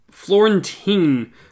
Florentine